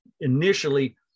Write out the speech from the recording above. initially